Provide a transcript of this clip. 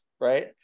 right